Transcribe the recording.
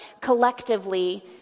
collectively